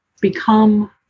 become